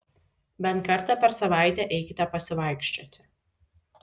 bent kartą per savaitę eikite pasivaikščioti